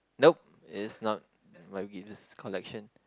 nope it's not might be this collection